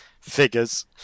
figures